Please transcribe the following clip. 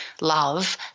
love